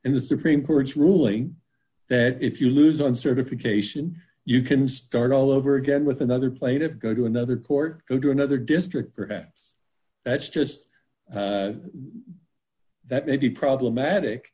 in the supreme court's ruling that if you lose on certification you can start all over again with another plate of go to another court or go to another district perhaps that's just that may be problematic